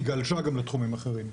היא גלשה גם לתחומים אחרים.